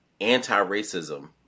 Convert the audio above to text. anti-racism